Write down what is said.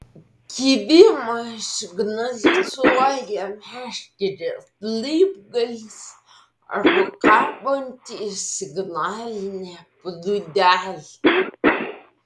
kibimą signalizuoja meškerės laibgalis arba kabanti signalinė plūdelė